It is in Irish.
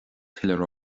tuilleadh